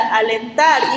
alentar